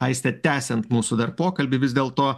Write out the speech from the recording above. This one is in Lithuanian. aiste tęsiant mūsų dar pokalbį vis dėl to